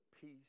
peace